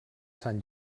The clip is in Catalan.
sant